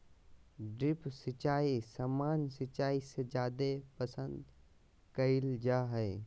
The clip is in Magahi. ड्रिप सिंचाई सामान्य सिंचाई से जादे पसंद कईल जा हई